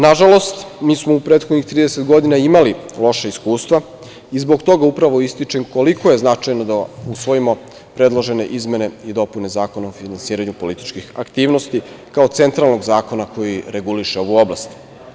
Na žalost, u mi smo u prethodnih 30 godina imali loša iskustva i zbog toga upravo ističem koliko je značajno da usvojimo predložene izmene i dopune Zakona o finansiranju političkih aktivnosti kao centralnog zakona koji reguliše ovu oblast.